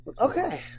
Okay